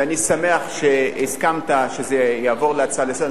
ואני שמח שהסכמת שזה יהפוך להצעה לסדר-היום.